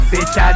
Bitch